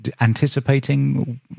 anticipating